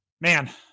man